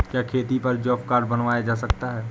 क्या खेती पर जॉब कार्ड बनवाया जा सकता है?